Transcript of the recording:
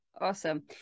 awesome